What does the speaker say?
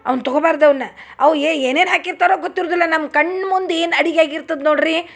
ಅವ್ನ ತೊಗೊಬಾರ್ದು ಅವ್ನ ಅವು ಏನೇನು ಹಾಕಿರ್ತಾರೊ ಗೊತ್ತಿರುದಿಲ್ಲ ನಮ್ಮ ಕಣ್ಣ ಮುಂದ ಏನು ಅಡಿಗೆ ಆಗಿರ್ತದ ನೋಡ್ರೀ